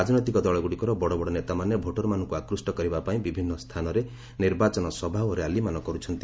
ରାଜନୈତିକ ଦଳଗୁଡ଼ିକର ବଡ଼ ବଡ଼ ନେତାମାନେ ଭୋଟରମାନଙ୍କୁ ଆକୁଷ୍ଟ କରିବା ପାଇଁ ବିଭିନ୍ନ ସ୍ଥାନରେ ନିର୍ବାଚନ ସଭା ଓ ର୍ୟାଲିମାନ କର୍ତ୍ଥନ୍ତି